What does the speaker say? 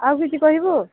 ଆଉ କିଛି କହିବୁ